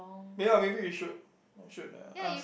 may ya maybe we should we should uh ask